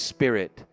Spirit